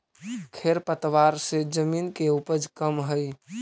खेर पतवार से जमीन के उपज कमऽ हई